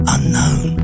Unknown